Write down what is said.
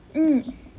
mm